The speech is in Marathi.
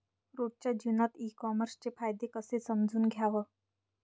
रोजच्या जीवनात ई कामर्सचे फायदे कसे समजून घ्याव?